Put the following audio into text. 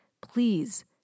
please